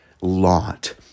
Lot